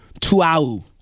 Tuau